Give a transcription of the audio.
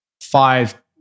five